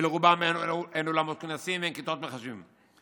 ולרובם אין אולמות ספורט ואין כיתות מחשבים".